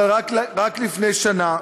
אבל רק לפני שנה,